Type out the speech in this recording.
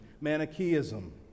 Manichaeism